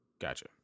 gotcha